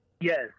Yes